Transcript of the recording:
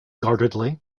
guardedly